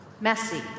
Messy